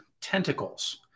tentacles